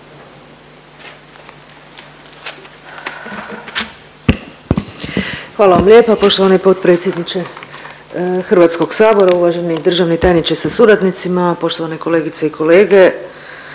Hvala vam lijepa poštovani potpredsjedniče HS-a, uvaženi državni tajniče sa suradnicima, poštovane kolegice i kolege.